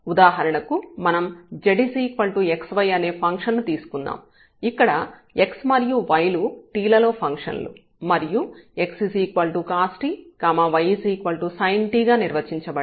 ఉదాహరణకు మనం z xy అనే ఫంక్షన్ ను తీసుకుందాం ఇక్కడ x మరియు y లు t లలో ఫంక్షన్ లు మరియు x cost y sint గా నిర్వచించబడ్డాయి